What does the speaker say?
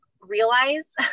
realize